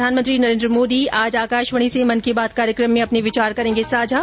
प्रधानमंत्री नरेंद्र मोदी आज आकाशवाणी से मन की बात कार्यक्रम में अपने विचार करेंगे साझा